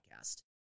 podcast